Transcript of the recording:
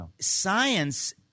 science